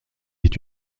est